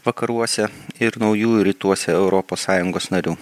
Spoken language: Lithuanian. vakaruose ir naujųjų rytuose europos sąjungos narių